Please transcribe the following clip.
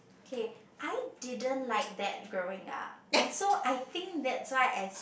K I didn't like that growing up and so I think that's why I